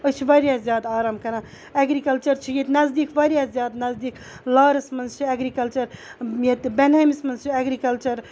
أسۍ چھِ واریاہ زیادٕ آرام کَران ایٚگرِکَلچَر چھِ ییٚتہِ نزدیٖک واریاہ زیادٕ نزدیٖک لارَس منٛز چھِ ایٚگرِکَلچَر ییٚتہِ بیٚنہٲمِس منٛز چھُ ایٚگرِکَلچَر